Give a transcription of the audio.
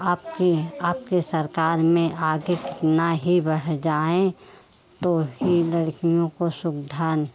आपकी आपके सरकार में आगे इतना ही बढ़ जाएं तो ही लड़कियों को सुविधा